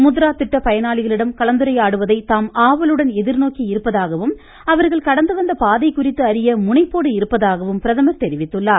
முத்ரா திட்ட பயனாளிகளிடம் கலந்துரையாடுவதை தாம் எதிர்நோக்கியிருப்பதாகவும் அவர்கள் கடந்து வந்த பாதை குறித்து அறிய முனைப்போடு இருப்பதாகவும் பிரதமர் தெரிவித்துள்ளார்